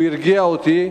הוא הרגיע אותי,